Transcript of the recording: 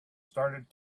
started